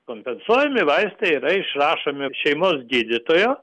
kompensuojami vaistai yra išrašomi šeimos gydytojo